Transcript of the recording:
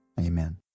amen